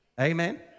amen